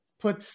put